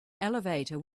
elevator